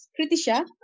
Kritisha